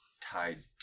tied